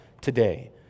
today